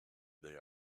they